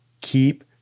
keep